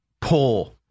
pull